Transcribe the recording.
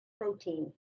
protein